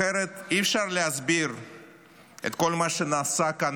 אחרת אי-אפשר להסביר את כל מה שנעשה כאן